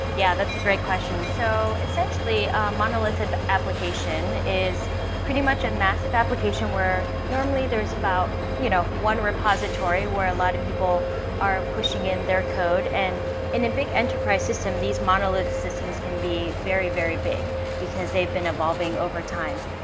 yeah, that's a great questions. so essentially, a monolithic application is pretty much a massive application where normally there is about you know one repository where a lot of people are pushing in their code and in a big enterprise system these monolith systems can be very very big because they've been evolving over time.